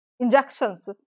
injections